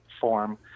form